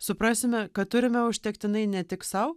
suprasime kad turime užtektinai ne tik sau